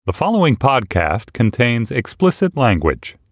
the following podcast contains explicit language